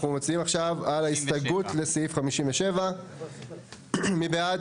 אנחנו מצביעים על סעיף 58. מי בעד?